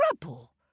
Trouble